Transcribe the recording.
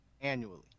annually